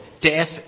Death